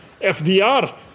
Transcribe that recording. FDR